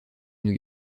new